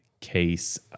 case